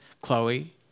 Chloe